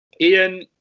Ian